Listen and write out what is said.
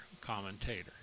commentator